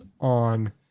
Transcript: on